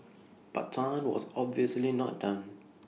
but Tan was obviously not done